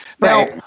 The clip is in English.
Now